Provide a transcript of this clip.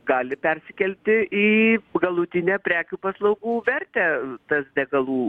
gali persikelti į galutinę prekių paslaugų vertę tas degalų